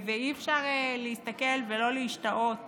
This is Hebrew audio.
ואי-אפשר להסתכל ולא להשתאות